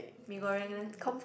Mee-Goreng leh